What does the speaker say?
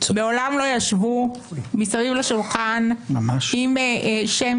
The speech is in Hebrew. מעולם הם לא ישבו מסביב לשולחן עם שם